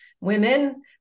women